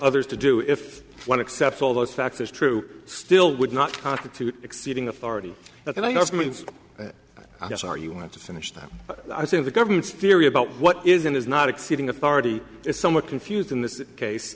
others to do if one accepts all those factors true still would not constitute exceeding authority but i just mean i guess are you want to finish that i think the government's theory about what is and is not exceeding authority is somewhat confused in this case